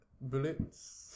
bullets